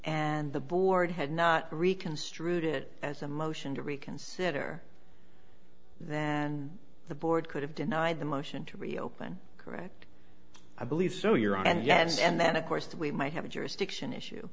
and the board had not rican strewed it as a motion to reconsider than the board could have denied the motion to reopen correct i believe so you're out and yes and then of course that we might have a jurisdiction issue